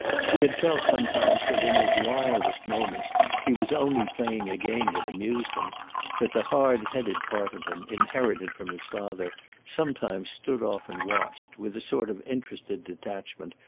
she had felt sometimes that in his wildest moments he was only playing a game that amused him that the hard-headed part of him inherited from his father sometimes stood off and watched, with a sort of interested detachment,